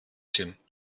tim